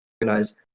organize